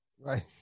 Right